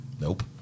Nope